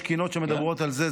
יש קינות שמדברות על זה.